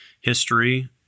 history